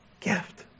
gift